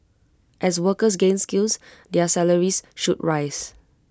as workers gain skills their salaries should rise